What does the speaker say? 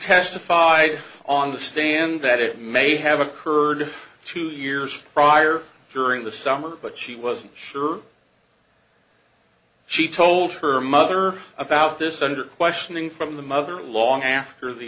testified on the stand that it may have occurred two years prior during the summer but she wasn't sure she told her mother about this under questioning from the mother long after the